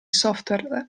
software